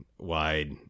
wide